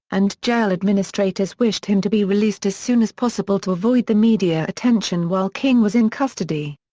and jail administrators wished him to be released as soon as possible to avoid the media attention while king was in custody.